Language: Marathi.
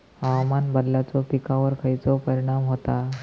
हवामान बदलाचो पिकावर खयचो परिणाम होता?